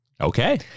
Okay